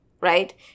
right